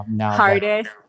hardest